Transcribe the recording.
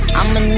I'ma